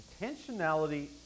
intentionality